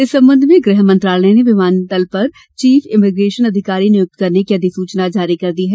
इस संबंध में गृह मंत्रालय ने विमानतल पर चीफ इमिग्रेसन अधिकारी नियुक्त करने की अधिसूचना जारी कर दी है